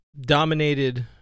dominated